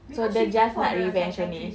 so dia just nak revenge only